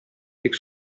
бик